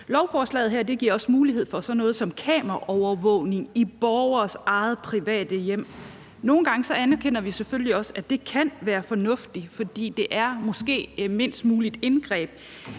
Lovforslaget her giver også mulighed for sådan noget som kameraovervågning i borgeres eget private hjem. Nogle gange anerkender vi selvfølgelig også, at det kan være fornuftigt, fordi det måske er det mindst mulige indgreb,